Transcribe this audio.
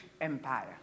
Empire